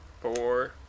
Four